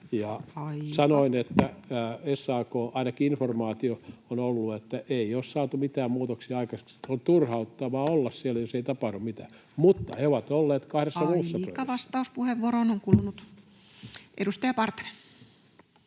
sanoin, että SAK... Ainakin informaatio on ollut, että ei ole saatu mitään muutoksia aikaiseksi. On turhauttavaa olla siellä, jos ei tapahdu mitään. Mutta he ovat olleet kahdessa muussa... [Puhemies: Aika vastauspuheenvuoroon on kulunut! — Puhemies